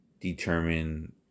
determine